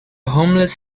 homeless